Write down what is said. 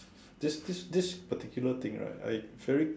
this this this particular thing right I very